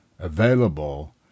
Available